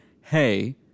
Hey